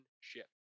ship